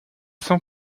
sans